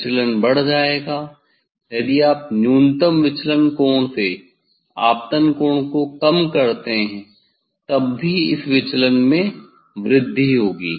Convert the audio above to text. विचलन बढ़ जाएगा यदि आप न्यूनतम विचलन कोण से आपतन कोण को कम करते हैं तब भी इस विचलन में वृद्धि होगी